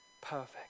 perfect